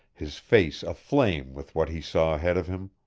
his face aflame with what he saw ahead of him.